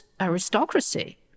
aristocracy